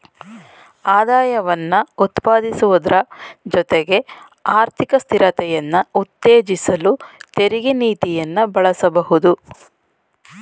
ಆದಾಯವನ್ನ ಉತ್ಪಾದಿಸುವುದ್ರ ಜೊತೆಗೆ ಆರ್ಥಿಕ ಸ್ಥಿರತೆಯನ್ನ ಉತ್ತೇಜಿಸಲು ತೆರಿಗೆ ನೀತಿಯನ್ನ ಬಳಸಬಹುದು